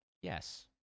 Yes